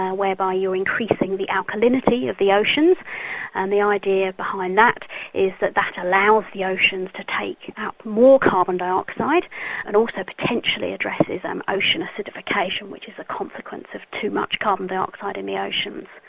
ah whereby you're increasing the alkalinity of the oceans and the idea behind that is that that allows the oceans to take up more carbon dioxide and also potentially addresses um ocean acidification, which is a consequence of too much carbon dioxide in the oceans.